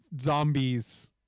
zombies